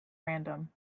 random